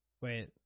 Wait